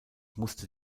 musste